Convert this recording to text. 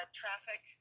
traffic